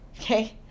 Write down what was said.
Okay